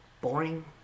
Boring